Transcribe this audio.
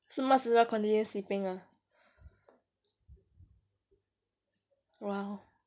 so might as well continue sleeping ah